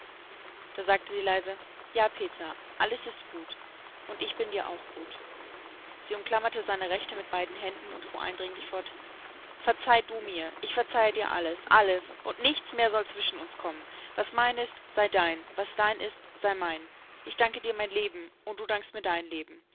da sagte sie leise ja peter alles ist gut und ich bin dir auch gut sie umklammerte seine rechte mit beiden händen und fuhr eindringlich fort verzeih du mir ich verzeihe dir alles alles und nichts mehr soll zwischen uns kommen was mein ist sei dein was dein ist sei mein ich danke dir mein leben und du dankst mir dein leben